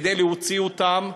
כדי להוציא אותם,